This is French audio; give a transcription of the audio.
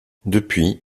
depuis